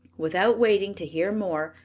without waiting to hear more,